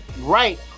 right